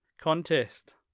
contest